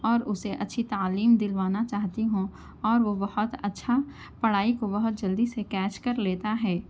اور اُسے اچّھی تعلیم دلوانا چاہتی ہوں اور وہ بہت اچّھا پڑھائی کو بہت جلدی سے کیچ کر لیتا ہے